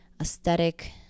aesthetic